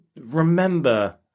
remember